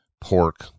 pork